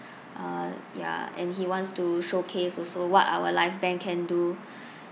uh ya and he wants to showcase also what our live band can do